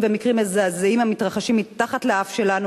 ומקרים מזעזעים המתרחשים מתחת לאף שלנו,